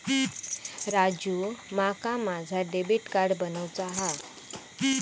राजू, माका माझा debit card बनवूचा हा